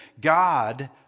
God